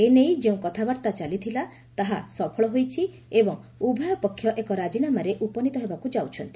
ଏନେଇ ଯେଉଁ କଥାବାର୍ତ୍ତା ଚାଲିଥିଲା ତାହା ସପଳ ହୋଇଛି ଏବଂ ଉଭୟ ପକ୍ଷ ଏକ ରାଜିନାମାରେ ଉପନୀତ ହେବାକୃ ଯାଉଛନ୍ତି